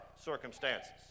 circumstances